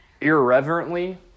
irreverently